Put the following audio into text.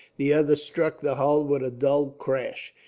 the other struck the hull with a dull crash.